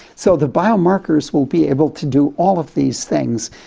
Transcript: so the biomarkers will be able to do all of these things,